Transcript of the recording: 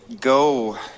go